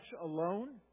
alone